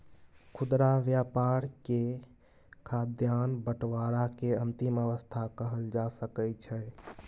खुदरा व्यापार के खाद्यान्न बंटवारा के अंतिम अवस्था कहल जा सकइ छइ